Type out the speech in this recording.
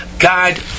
God